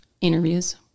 Interviews